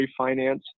refinance